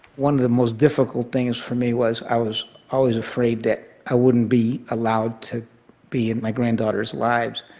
one of the most difficult things for me was i was always afraid that i wouldn't be allowed to be in my granddaughters' lives,